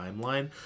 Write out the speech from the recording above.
timeline